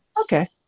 Okay